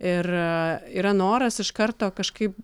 ir yra noras iš karto kažkaip